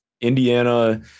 Indiana